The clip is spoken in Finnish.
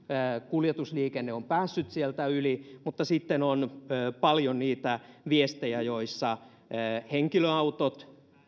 kuljetusliikenne on päässyt sieltä yli mutta sitten on paljon viestejä että henkilöautot